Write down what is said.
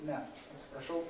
ne atsiprašau